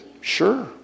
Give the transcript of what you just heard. Sure